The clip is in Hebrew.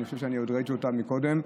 אני חושב שראיתי אותה עוד קודם.